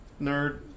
nerd